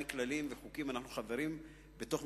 חברי חברי הכנסת,